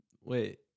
Wait